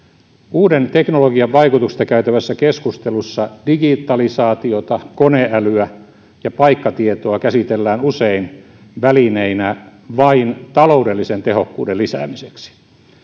uuden teknologian vaikutuksista käytävässä keskustelussa digitalisaatiota koneälyä ja paikkatietoa käsitellään usein välineinä vain taloudellisen tehokkuuden lisäämiseksi